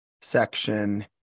section